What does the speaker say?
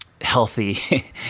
healthy